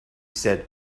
said